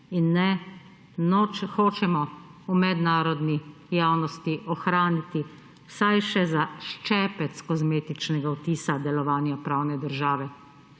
in hočemo v mednarodni javnosti ohraniti vsaj še za ščepec kozmetičnega vtisa delovanja pravne države